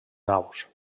naus